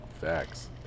Facts